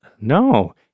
No